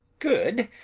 good,